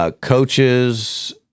Coaches